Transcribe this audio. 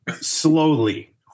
slowly